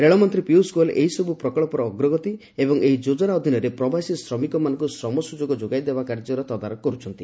ରେଳମନ୍ତ୍ରୀ ପିୟୁଷ ଗୋୟଲ ଏହିସବୁ ପ୍ରକଳ୍ପର ଅଗ୍ରଗତି ଏବଂ ଏହି ଯୋଜନା ଅଧୀନରେ ପ୍ରବାସୀ ଶ୍ରମିକମାନଙ୍କୁ ଶ୍ରମ ସୁଯୋଗ ଯୋଗାଇଦେବା କାର୍ଯ୍ୟର ତଦାରଖ କରୁଛନ୍ତି